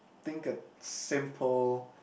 think a simple